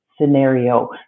scenario